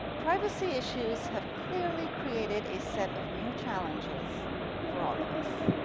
privacy issues have clearly created a set of new challenges for all of us.